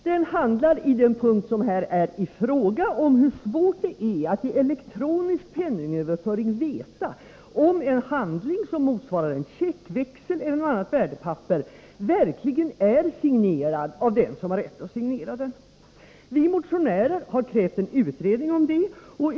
Den handlar i den punkt som här är i fråga om hur svårt det är att i elektronisk penningöverföring veta om en handling som motsvarar en check, växel eller annat värdepapper verkligen är signerad av den som har rätt att signera handlingen. Vi motionärer har krävt en utredning om detta.